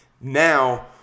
Now